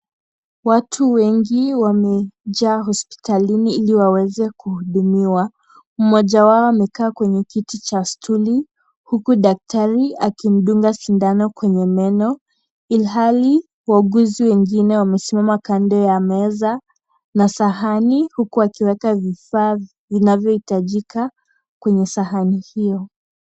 Watu wengi wamejaa hospitalini ili waweze kuhudumiwa. Mmoja wao amekaa kwenye kiti cha stuli, huku daktari akimdunga sindano kwenye meno, ilhali wauguzi wengine wamesimama kando ya meza na sahani huku wakiwekwa vifaa vinavyohitajika kwenye sahani hio.